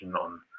on